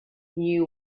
knew